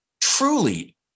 truly